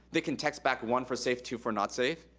they can text back one for safe, two for not safe.